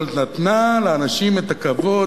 אבל נתנה לאנשים את הכבוד,